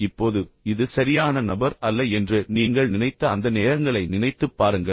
இப்போது இது சரியான நபர் அல்ல என்று நீங்கள் நினைத்த அந்த நேரங்களை நினைத்துப் பாருங்கள்